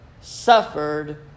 suffered